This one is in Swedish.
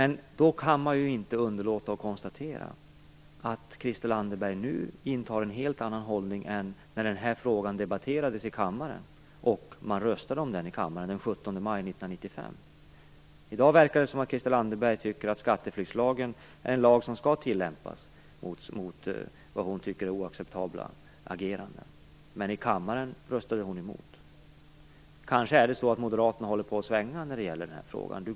Jag kan inte underlåta att konstatera att Christel Anderberg nu intar en helt annan hållning än vad hon gjorde när den här frågan debatterades och röstades om här i kammaren den 17 maj 1995. I dag verkar det som att Christel Anderberg tycker att skatteflyktslagen är en lag som skall tillämpas på oacceptabla ageranden. Men i kammaren röstade hon emot. Kanske håller moderaterna på att svänga i den här frågan.